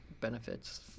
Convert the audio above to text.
benefits